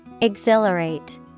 Exhilarate